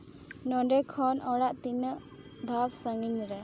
ᱱᱚᱰᱮ ᱠᱷᱚᱱ ᱚᱲᱟᱜ ᱛᱤᱱᱟᱹᱜ ᱫᱷᱟᱯ ᱥᱟᱺᱜᱤᱧ ᱨᱮ